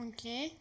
Okay